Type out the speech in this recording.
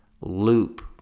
loop